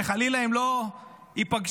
שחלילה הם לא ייפגשו.